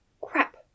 crap